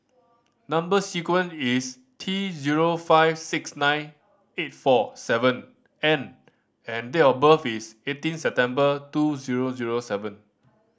number sequence is T zero five six nine eight four seven N and date of birth is eighteen September two zero zero seven